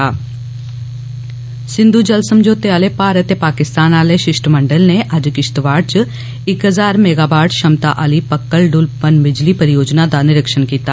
सिंधु जल समझौते आले भारत ते पाकिस्तान आले षिश्टमंडल नै अज्ज किष्तवाड़ च इक हजार मैगावाट क्षमता आली पक्कल डुल पनबिजली परियोजना दा निरिक्षण कीता